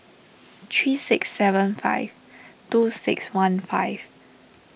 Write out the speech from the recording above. three six seven five two six one five